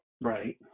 Right